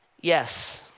yes